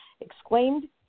exclaimed